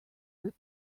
route